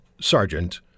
Sergeant